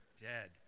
dead